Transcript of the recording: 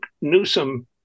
Newsom